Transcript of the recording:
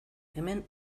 hemen